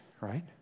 right